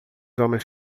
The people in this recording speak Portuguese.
homens